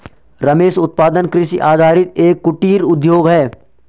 रेशम उत्पादन कृषि आधारित एक कुटीर उद्योग है